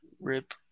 Rip